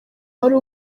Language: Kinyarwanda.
wari